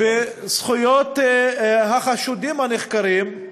בזכויות החשודים הנחקרים,